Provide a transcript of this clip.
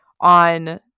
on